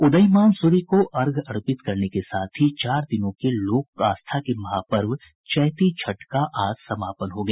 उदीयमान सूर्य को अर्घ्य अर्पित करने के साथ ही चार दिनों के लोक आस्था के महापर्व चैती छठ का आज समापन हो गया